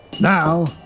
Now